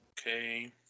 Okay